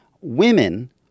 Women